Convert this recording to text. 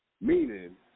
Meaning